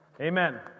Amen